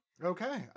Okay